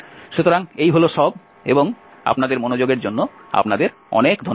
সুতরাং এই হল সব এবং আপনাদের মনোযোগের জন্য আপনাদের অনেক ধন্যবাদ